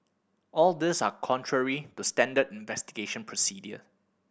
all these are contrary to standard investigation procedure